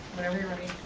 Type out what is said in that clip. whenever you're ready.